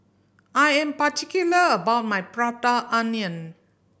I am particular about my Prata Onion